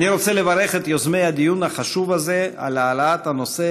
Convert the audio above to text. אני רוצה לברך את יוזמי הדיון החשוב הזה על העלאת הנושא